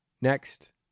next